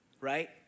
right